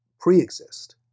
pre-exist